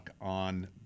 on –